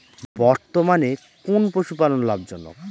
বর্তমানে কোন পশুপালন লাভজনক?